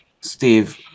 Steve